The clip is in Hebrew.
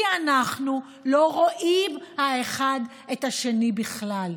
כי אנחנו לא רואים האחד את השני בכלל,